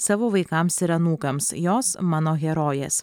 savo vaikams ir anūkams jos mano herojės